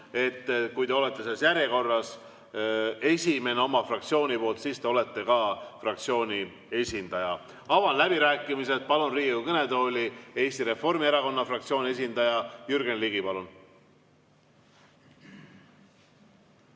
on, kui te olete selles järjekorras esimene oma fraktsioonist, siis te olete fraktsiooni esindaja. Avan läbirääkimised ja palun Riigikogu kõnetooli Eesti Reformierakonna fraktsiooni esindaja Jürgen Ligi.